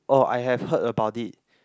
oh I have heard about it